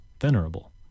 venerable